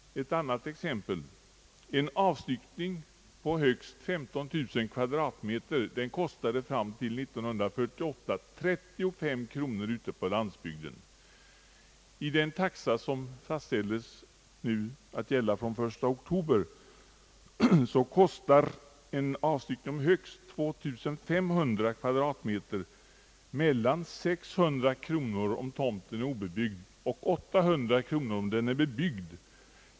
Ett annat exempel: en avstyckning på högst 15 000 kvadratmeter kostade fram till år 1948 endast 35 kronor ute på landsbygden. Enligt den taxa som fastställdes att gälla från den 1 oktober 1966 kostar en avstyckning på högst 2500 kvadratmeter mellan 600 kronor, om tomten är obebyggd, och 800 kronor, om den är bebyggd.